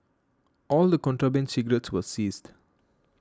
all the contraband cigarettes were seized